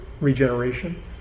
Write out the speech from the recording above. regeneration